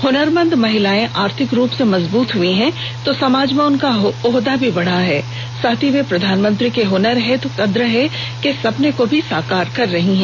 हनरमंद महिलायें आर्थिक रूप से मजबूत हुई हैं तो समाज में उनका ओहदाह भी बढ़ा है साथ ही वे प्रधानमंत्री को हुनर है तो कद्र है के सपने को भी सकार कर रही हैं